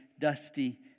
dusty